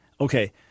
Okay